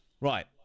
Right